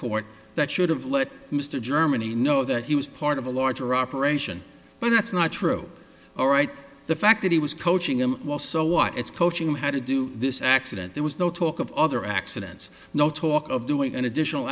record that should have let mr germany know that he was part of a larger operation but that's not true all right the fact that he was coaching him also what it's coaching had to do this accident there was no talk of other accidents no talk of doing an additional